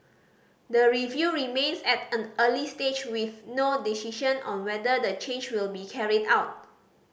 the review remains at an early stage with no decision on whether the change will be carried out